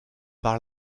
par